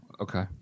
Okay